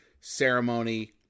ceremony